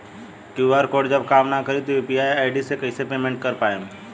QR code जब काम ना करी त यू.पी.आई आई.डी से कइसे पेमेंट कर पाएम?